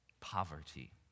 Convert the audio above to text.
Poverty